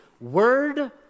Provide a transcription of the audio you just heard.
word